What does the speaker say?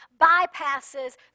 bypasses